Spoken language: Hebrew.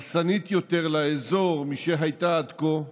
הרסנית יותר לאזור משהייתה עד כה,